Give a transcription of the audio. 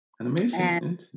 Animation